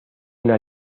una